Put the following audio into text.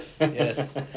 Yes